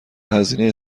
هزینه